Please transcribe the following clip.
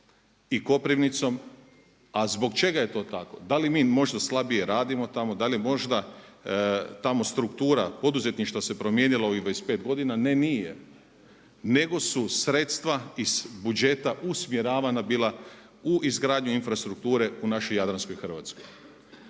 i Koprivnicom. A zbog čega je to tako? Da li mi možda slabije radimo tamo? Da li je možda tamo struktura poduzetništva se promijenila u ovih 25 godina? Ne, nije, nego su sredstva iz budžeta usmjeravana bila u izgradnju infrastrukture u našoj jadranskoj Hrvatskoj.